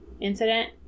incident